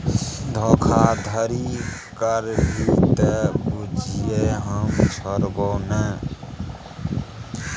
धोखाधड़ी करभी त बुझिये हम छोड़बौ नै